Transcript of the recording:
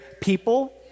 people